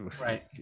Right